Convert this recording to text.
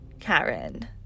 Karen